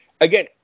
again